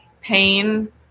pain